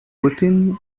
within